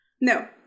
No